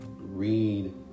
read